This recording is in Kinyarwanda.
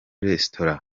resitora